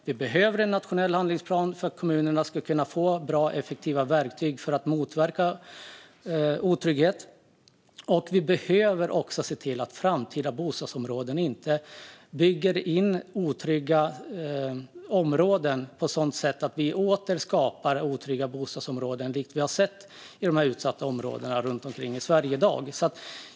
Det behövs en nationell handlingsplan så att kommunerna kan få bra och effektiva verktyg för att motverka otrygghet. Och i framtida bostadsområden ska det inte åter byggas in otrygga områden på det sätt vi har sett i de utsatta områdena runt omkring i Sverige i dag.